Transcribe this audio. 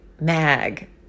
Mag